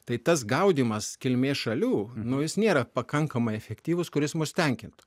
tai tas gaudymas kilmės šalių nu jis nėra pakankamai efektyvus kuris mus tenkintų